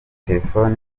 telefoni